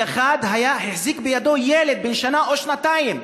אחד החזיק בידו ילד בן שנה או שנתיים